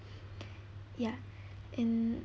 ya and